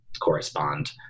correspond